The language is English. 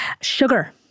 sugar